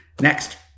Next